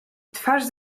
twarz